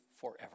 forever